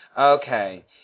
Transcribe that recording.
Okay